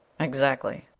exactly,